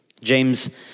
James